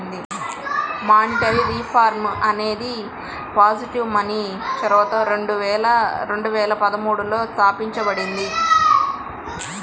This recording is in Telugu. మానిటరీ రిఫార్మ్ అనేది పాజిటివ్ మనీ చొరవతో రెండు వేల పదమూడులో తాపించబడింది